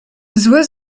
złe